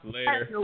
Later